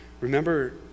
remember